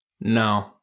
No